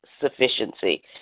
sufficiency